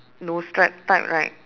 no stripe type right